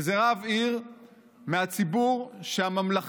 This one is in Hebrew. וזה רב עיר מהציבור שהממלכתיות